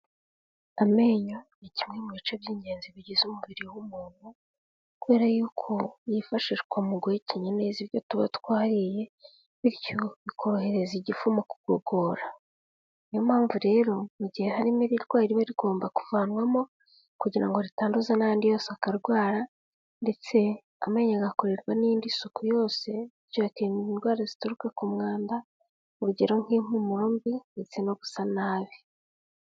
Amenyo ni kimwe mu bice by'ingenzi bigize umubiri w'umuntu, kubera y'uko yifashishwa mu guhekenya neza ibyo tuba twariye, bityo bikorohereza igifu mugogora. Niyo mpamvu rero mu gihe harimo irirwari iba rigomba kuvanwamo, kugira ngo ritanduza n'anyandidi yose akarwara, ndetse amenyo agakorerwa n'indi suku yose, bikayarinda indwara zituruka ku mwanda, urugero nk'impumuro mbi, ndetse no gusa nabi.